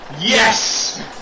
Yes